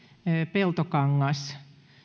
peltokangas